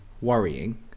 worrying